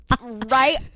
right